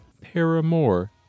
Paramore